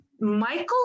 Michael